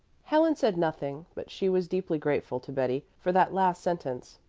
helen said nothing, but she was deeply grateful to betty for that last sentence.